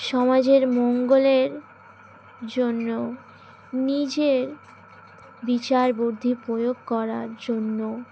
সমাজের মঙ্গলের জন্য নিজের বিচারবুদ্ধি প্রয়োগ করার জন্য